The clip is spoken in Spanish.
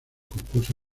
concurso